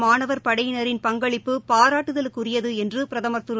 மாணவர் படையினரின் பங்களிப்பு பாராட்டுதலுக்குரியது என்று பிரதமர் திரு